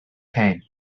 came